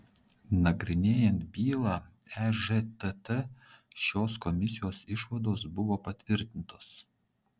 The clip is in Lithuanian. nagrinėjant bylą ežtt šios komisijos išvados buvo patvirtintos